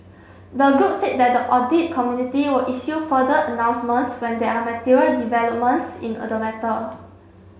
the group said that the audit committee will issue further announcements when there are material developments in a the matter